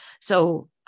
So-